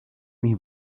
mis